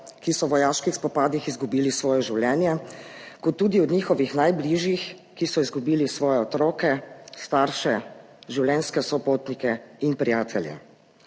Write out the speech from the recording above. ki so v vojaških spopadih izgubili svoje življenje, kot tudi od njihovih najbližjih, ki so izgubili svoje otroke, starše, življenjske sopotnike in prijatelje.